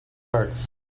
arts